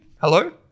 hello